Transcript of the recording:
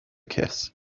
kiss